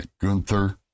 Gunther